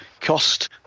cost